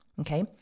Okay